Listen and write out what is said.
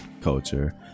culture